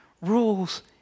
rules